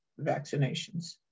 vaccinations